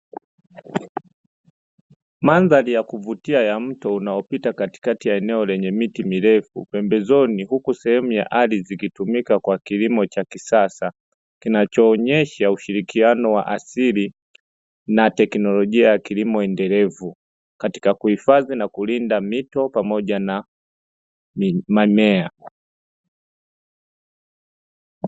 Mandhari ya kuvutia ya mto unaopita katikati ya eneo lenye miti mirefu pembezoni, huku sehemu ya ardhi ikitumika kwa kilimo cha kisasa kinachoonesha ushirikiano wa asili na teknolojia ya kilimo endelevu, katika kuhifadhi na kulinda mito pamoja na mimea.